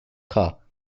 car